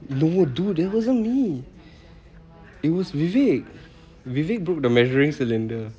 no dude that wasn't me it was vivic vivic broke the measuring cylinder